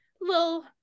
little